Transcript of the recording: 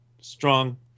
strong